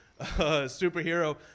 superhero